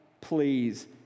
please